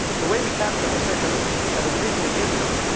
the way we catch them as fishermen, and the reason we use them,